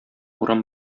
урам